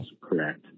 correct